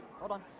hold on.